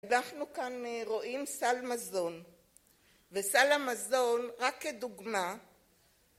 אנחנו כאן רואים סל מזון, וסל המזון רק כדוגמה